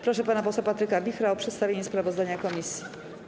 Proszę pana posła Patryka Wichra o przedstawienie sprawozdania komisji.